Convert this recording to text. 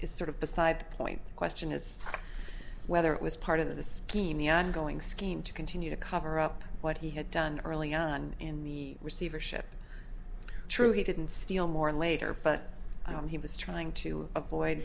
is sort of beside the point question is whether it was part of the scheme the ongoing scheme to continue to cover up what he had done early on in the receivership true he didn't steal more later but he was trying to avoid